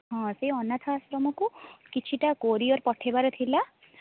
ହଁ ସେ ଅନାଥ ଆଶ୍ରମକୁ କିଛିଟା କୋରିୟର୍ ପଠେଇବାର ଥିଲା